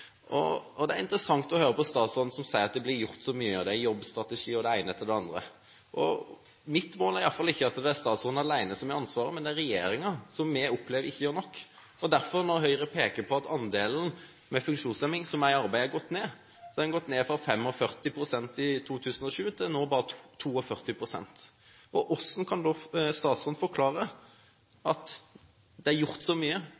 og komme seg i arbeid. Hvis en ser på statistikken totalt, er det 78 000 med funksjonshemning som sier at de ønsker seg arbeid, men mange av dem trenger litt hjelp. Det er interessant å høre på statsråden som sier at det blir gjort så mye – jobbstrategi og det ene etter det andre. Mitt mål er iallfall ikke at det er statsråden alene som har ansvaret; det er regjeringen vi opplever ikke gjør nok. Høyre peker på at andelen med funksjonshemning som er i arbeid, har gått ned – fra 45 pst. i 2007 til nå bare 42 pst. Hvordan kan da